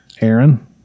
Aaron